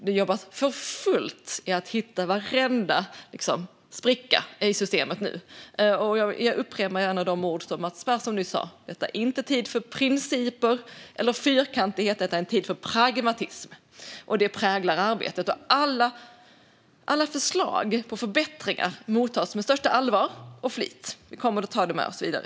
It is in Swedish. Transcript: Det jobbas för fullt med att hitta varenda spricka i systemet. Jag upprepar gärna de ord som Mats Persson sa. Detta är inte tiden för principer eller fyrkantigheter. Det är tiden för pragmatism. Det präglar arbetet, och alla förslag på förbättringar mottas med största allvar och flit. Vi kommer att ta dem med oss vidare.